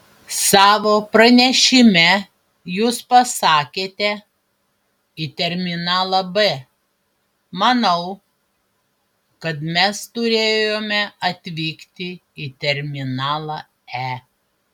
savo pranešime jūs pasakėte į terminalą b manau kad mes turėjome atvykti į terminalą e